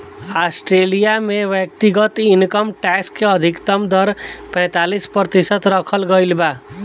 Australia में व्यक्तिगत income tax के अधिकतम दर पैतालीस प्रतिशत रखल गईल बा